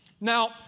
Now